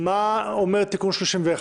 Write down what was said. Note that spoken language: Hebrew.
מה אומר תיקון 31,